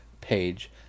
page